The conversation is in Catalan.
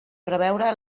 preveure